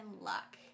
luck